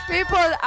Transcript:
People